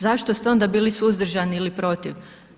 Zašto ste onda bili suzdržani ili protiv?